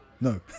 no